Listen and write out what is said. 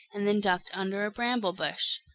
and then ducked under a bramble-bush.